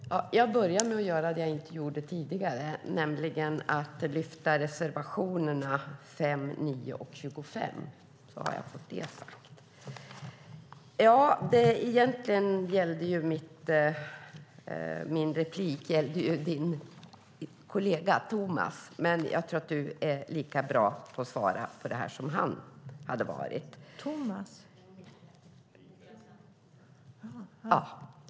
Fru talman! Jag börjar med att göra det som jag inte gjorde tidigare. Jag yrkar bifall till reservationerna 5, 9 och 25. Då har jag fått det sagt. Egentligen gällde min replik din kollega Michael Svensson. Men jag tror att du är lika bra på att svara på det här som han hade varit.